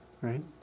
right